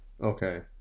okay